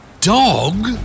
Dog